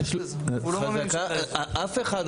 אף אחד,